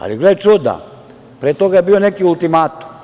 Ali, gle čuda, pre toga je bio neki ultimatum.